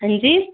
हंजी